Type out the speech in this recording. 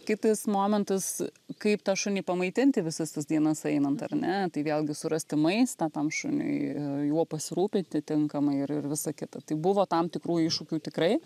kitas momentas kaip tą šunį pamaitinti visas tas dienas einant ar ne tai vėlgi surasti maistą tam šuniui juo pasirūpinti tinkamai ir ir visa kita tai buvo tam tikrų iššūkių tikrai